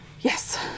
Yes